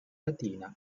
latina